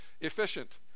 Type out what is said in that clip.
efficient